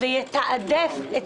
וזה משהו שמשותף לדעתי לכולם,